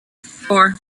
four